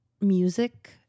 music